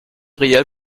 notariell